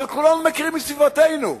אבל כולנו מכירים מסביבתנו.